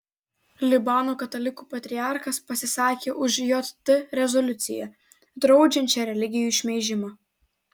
libano katalikų patriarchas pasisakė už jt rezoliuciją draudžiančią religijų šmeižimą